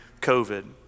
COVID